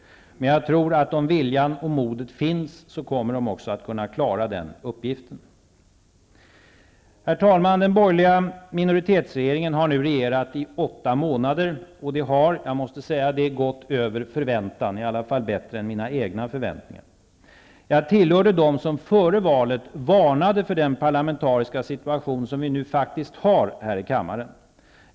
Men om viljan och modet finns, kommer de också att kunna klara den uppgiften. Herr talman! Den borgerliga minoritetsregeringen har nu regerat i åtta månader. Det har, jag måste säga det, gått över förväntan, i alla fall bättre än mina egna förväntningar. Jag tillhör dem som före valet varnade för den parlamentariska situation som vi nu faktiskt har här i kammaren.